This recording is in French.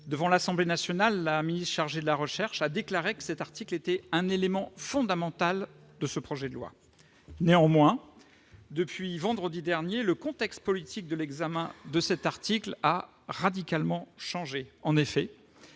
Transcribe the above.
Devant l'Assemblée nationale, la ministre chargée de la recherche a déclaré que cet article « était un élément fondamental de ce projet de loi ». Néanmoins, depuis vendredi dernier, le contexte politique de l'examen de cet article a radicalement changé. En effet,